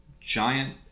giant